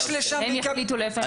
הם יחליטו לאיפה הם מגישים?